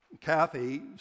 Kathy